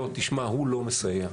הוא לא מסייע.